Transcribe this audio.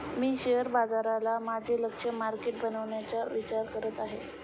मी share बाजाराला माझे लक्ष्य मार्केट बनवण्याचा विचार करत आहे